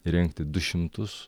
įrengti du šimtus